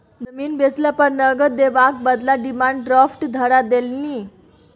जमीन बेचला पर नगद देबाक बदला डिमांड ड्राफ्ट धरा देलनि